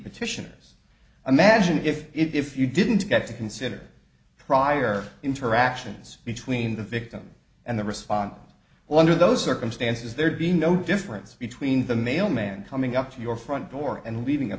petitioners imagine if if you didn't get to consider the prior interactions between the victim and the respondent well under those circumstances there'd be no difference between the mailman coming up to your front door and leaving a